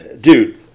Dude